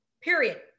period